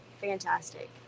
fantastic